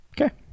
Okay